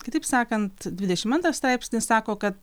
kitaip sakant dvidešimt antras straipsnis sako kad